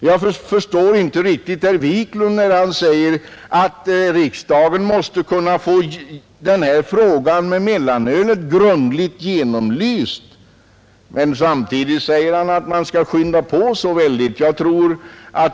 Jag förstår inte riktigt vad herr Wiklund menar när han säger å ena sidan att riksdagen måste kunna få frågan om mellanölet grundligt penetrerad och å andra sidan att man skall skynda på.